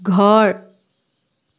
ঘৰ